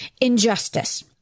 injustice